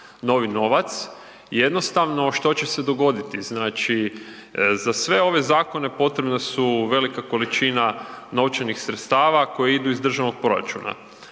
novi novac, jednostavno što će se dogoditi? Znači za sve ove zakone potrebna je velika količina novčanih sredstava koja idu iz državnog proračuna.